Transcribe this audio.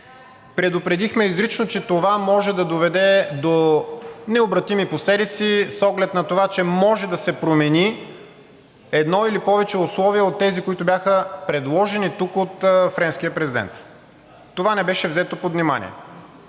Предупредихме изрично, че това може да доведе до необратими последици, с оглед на това че може да се промени едно или повече условия от тези, които бяха предложени тук от френския президент. Това не беше взето под внимание.